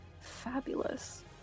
Fabulous